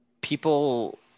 people